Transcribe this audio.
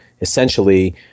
essentially